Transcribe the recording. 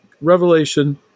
Revelation